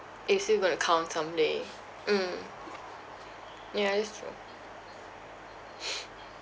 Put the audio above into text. it's still going to come someday mm ya that's true